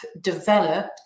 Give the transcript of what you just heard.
developed